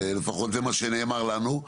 לפחות זה מה שנאמר לנו.